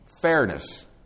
fairness